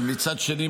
אבל מצד שני,